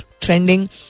trending